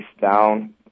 down